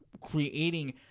creating